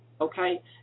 okay